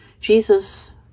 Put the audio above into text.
Jesus